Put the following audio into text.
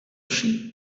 sheep